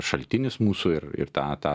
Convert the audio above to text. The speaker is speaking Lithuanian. šaltinis mūsų tą tą